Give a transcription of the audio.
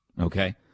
Okay